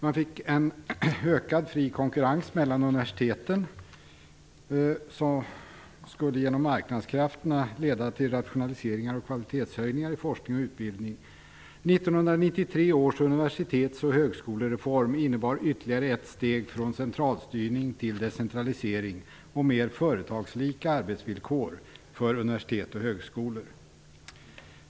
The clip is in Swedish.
Man fick ökad fri konkurrens mellan universiteten som genom marknadskrafterna skulle leda till rationaliseringar och kvalitetshöjning i fråga om forskning och utbildning. 1993 års universitets och högskolereform innebar ytterligare ett steg från centralstyrning till decentralisering och mer företagslika arbetsvillkor för universitet och högskolor.